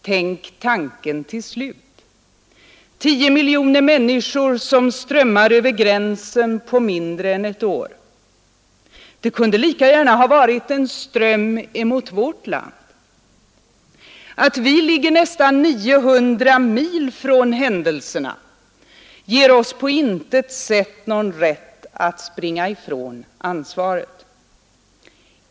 Tänk tanken till slut — tio miljoner människor, som strömmar över gränsen på mindre än ett år. Det kunde lika gärna ha varit en ström mot vårt land. Att vi ligger nästan 900 mil från händelserna ger oss på intet sätt någon rätt att springa ifrån ansvaret.